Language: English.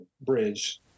bridge